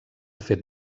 fet